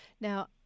Now